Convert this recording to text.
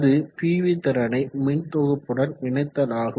அது பிவி திறனை மின்தொகுப்புடன் இணைத்தல் ஆகும்